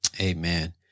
Amen